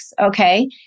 Okay